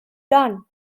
done